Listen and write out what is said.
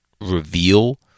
reveal